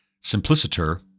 simpliciter